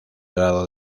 dado